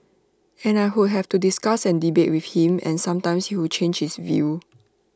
and I would have to discuss and debate with him and sometimes he would change his view